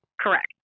Correct